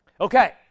Okay